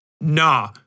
Nah